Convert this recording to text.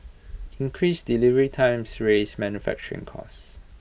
increased delivery times raise manufacturing costs